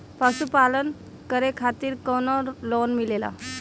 पशु पालन करे खातिर काउनो लोन मिलेला?